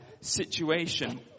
situation